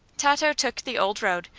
tato took the old road,